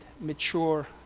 mature